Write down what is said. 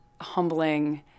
humbling